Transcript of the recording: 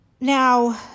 Now